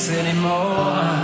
anymore